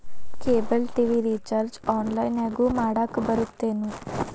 cable TV recharge ಆನ್ಲೈನ್ನ್ಯಾಗು ಮಾಡಕ ಬರತ್ತೇನು